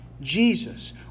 Jesus